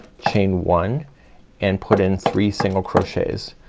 chain one and put in three single crochets.